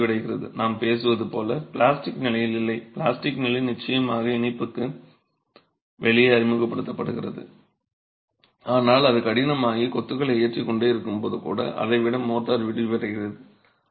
சாந்து விரிவடைகிறது நாம் பேசுவது போல பிளாஸ்டிக் நிலையில் இல்லை பிளாஸ்டிக் நிலை நிச்சயமாக இணைப்புக்கு வெளியே அமுக்கப்படுகிறது ஆனால் அது கடினமாகி கொத்துகளை ஏற்றிக்கொண்டே இருக்கும்போது கூட அலகை விட மோர்டார் விரிவடைகிறது